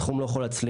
התחום לא יכול להצליח,